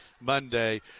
Monday